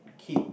kid